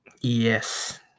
yes